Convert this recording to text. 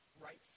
right